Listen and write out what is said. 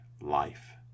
life